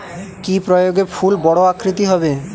কি প্রয়োগে ফুল বড় আকৃতি হবে?